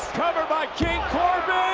cover by king corbin,